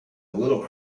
little